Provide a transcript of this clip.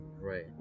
Right